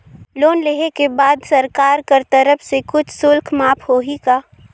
Loan लेहे के बाद सरकार कर तरफ से कुछ शुल्क माफ होही का?